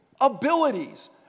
abilities